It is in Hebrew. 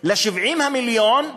ל-70 המיליון,